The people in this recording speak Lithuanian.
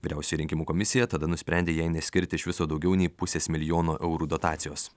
vyriausioji rinkimų komisija tada nusprendė jai neskirti iš viso daugiau nei pusės milijono eurų dotacijos